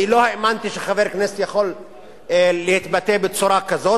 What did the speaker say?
אני לא האמנתי שחבר כנסת יכול להתבטא בצורה כזאת,